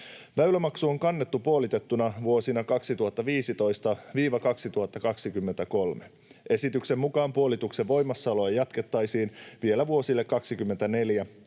Väylämaksu on kannettu puolitettuna vuosina 2015—2023. Esityksen mukaan puolituksen voimassaoloa jatkettaisiin vielä vuosille 24—27.